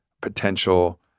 potential